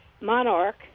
monarch